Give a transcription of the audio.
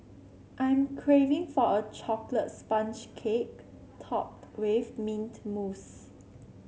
I'm craving for a chocolate sponge cake topped with mint mousse